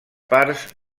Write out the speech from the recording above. parts